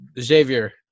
Xavier